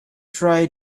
try